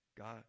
God